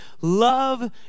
love